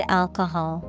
alcohol